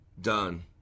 done